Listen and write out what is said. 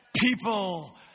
People